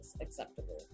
acceptable